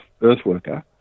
Earthworker